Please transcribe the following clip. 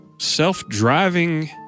self-driving